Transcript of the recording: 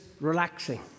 relaxing